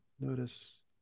Notice